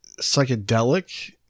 psychedelic